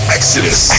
Exodus